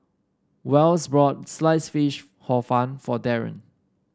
Wells bought Sliced Fish Hor Fun for Darron